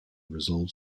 resolve